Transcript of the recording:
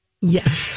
Yes